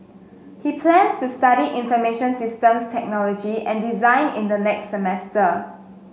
he plans to study information systems technology and design in the next semester